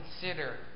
consider